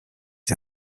die